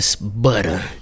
Butter